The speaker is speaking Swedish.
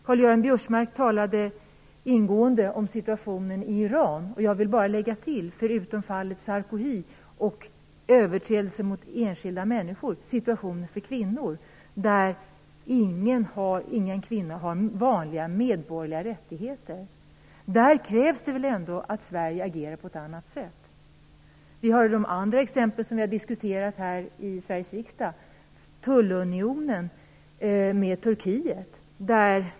Karl-Göran Biörsmark talade ingående om situationen i Iran. Jag vill bara lägga till att förutom fallet Sarkoohi och överträdelserna mot enskilda människor så är situationen för kvinnorna svår. Ingen kvinna har vanliga medborgerliga rättigheter. Här krävs det att Sverige agerar på ett annat sätt. Andra exempel har diskuterats i Sverige riksdag, t.ex. tullunionen med Turkiet.